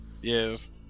Yes